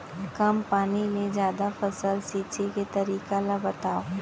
कम पानी ले जादा फसल सींचे के तरीका ला बतावव?